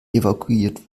evakuiert